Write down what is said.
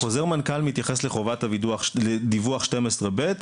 חוזר המנכ"ל מתייחס לחובת דיווח 12ב',